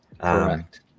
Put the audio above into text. correct